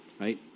Right